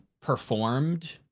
performed